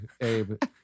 Abe